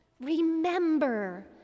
Remember